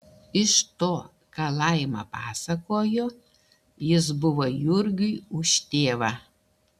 iš to ką laima pasakojo jis buvo jurgiui už tėvą